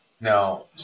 Now